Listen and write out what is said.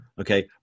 okay